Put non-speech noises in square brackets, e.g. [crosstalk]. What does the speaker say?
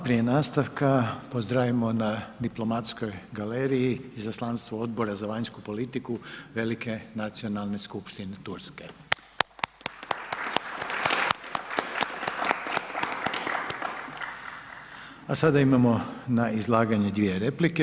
Prije nastavka pozdravimo na diplomatskoj galeriji izaslanstvo Odbora za vanjsku politiku Velike nacionalne skupštine Turske. [applause] A sada imamo na izlaganje dvije replike.